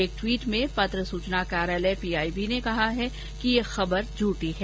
एक टवीट् में पत्र सूचना कार्यालय पीआईबी ने कहा है कि यह खबर झूठी है